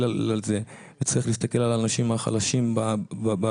על זה וצריך להסתכל על האנשים החלשים באוכלוסייה.